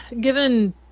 Given